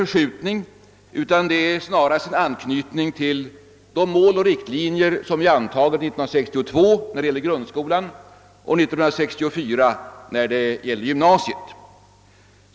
Herr talman! Det nu framförda förslaget om revidering av läroplan för grundskolan skall inte innebära någon ändring av grundskolans mål. Ideologiskt sett är det alltså inte fråga om någon förändring eller förskjutning utan det gäller snarast en anknytning till de Mål och riktlinjer, som vi antagit 1962 när det gäller grundskolan och 1964 när det gäller gymnasiet.